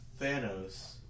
Thanos